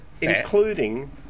including